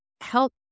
help